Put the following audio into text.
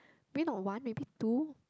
maybe not one maybe two